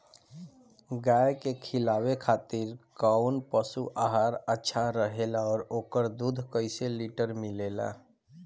गाय के खिलावे खातिर काउन पशु आहार अच्छा रहेला और ओकर दुध कइसे लीटर मिलेला?